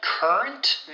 Current